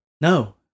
no